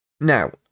Now